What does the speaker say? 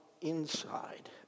inside